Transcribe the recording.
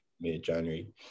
mid-January